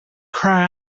cry